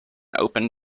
open